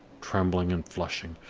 trembling and flushing,